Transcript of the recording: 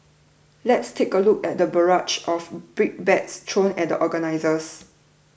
let's take a look at the barrage of brickbats thrown at the organisers